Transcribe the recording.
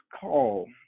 call